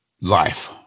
life